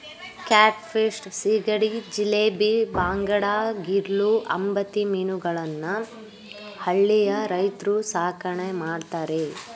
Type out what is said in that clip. cat fish, ಸೀಗಡಿ, ಜಿಲೇಬಿ, ಬಾಂಗಡಾ, ಗಿರ್ಲೂ, ಅಂಬತಿ ಮೀನುಗಳನ್ನು ಹಳ್ಳಿಯ ರೈತ್ರು ಸಾಕಣೆ ಮಾಡ್ತರೆ